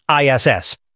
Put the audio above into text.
ISS